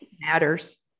Matters